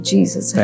Jesus